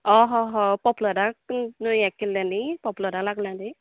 अहह पॉपलोराक यें केल्लें न्ही पॉपलोरा लागला नी